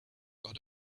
got